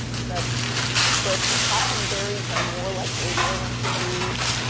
so but hockenberry's are more like radio interviews.